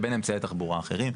לבין אמצעי תחבורה אחרים,